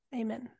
Amen